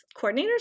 coordinators